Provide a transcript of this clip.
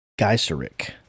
Geiseric